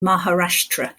maharashtra